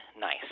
nice